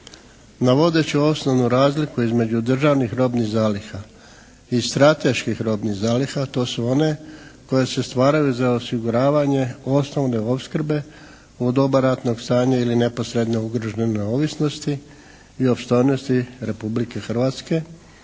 Navodeći osnovnu razliku između državnih robnih zaliha i strateških robnih zaliha to su one koje se stvaraju za osiguravanje osnovne opskrbe u doba ratnog stanja ili neposredne ugrožene neovisnosti i opstojnosti Republike Hrvatske